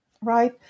right